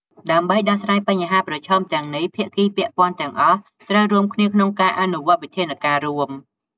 ដើម្បីដោះស្រាយបញ្ហាប្រឈមទាំងនេះ ភាគីពាក់ព័ន្ធទាំងអស់ ត្រូវរួមគ្នាក្នុងការអនុវត្តវិធានការណ៍រួម។